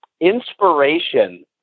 inspiration